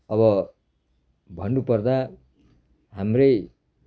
अब भन्नुपर्दा हाम्रै